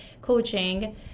coaching